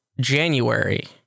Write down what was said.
January